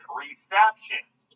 receptions